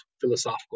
philosophical